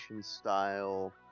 style